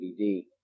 DVD